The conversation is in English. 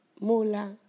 mula